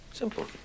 Simple